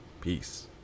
Peace